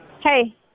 Hey